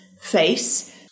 face